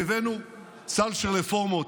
הבאנו סל של רפורמות.